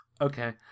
Okay